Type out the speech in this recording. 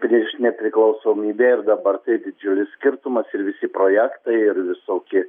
prieš nepriklausomybę ir dabar tai didžiulis skirtumas ir visi projektai ir visokie